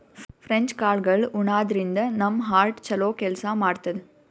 French ಕಾಳ್ಗಳ್ ಉಣಾದ್ರಿನ್ದ ನಮ್ ಹಾರ್ಟ್ ಛಲೋ ಕೆಲ್ಸ್ ಮಾಡ್ತದ್